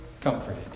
comforted